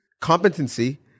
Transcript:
competency